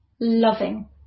loving